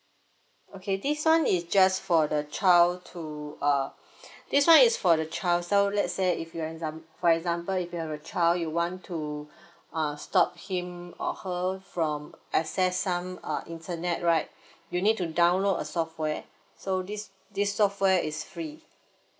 okay this one is just for the child to uh this one is for the child so let's say if you are exam~ for example if you have a child you want to uh stop him or her from access some uh internet right you need to download a software so this this software is free